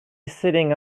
sitting